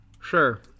Sure